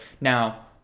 Now